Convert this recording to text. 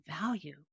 value